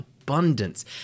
abundance